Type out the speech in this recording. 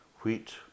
wheat